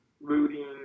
looting